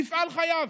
מפעל חייו.